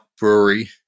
brewery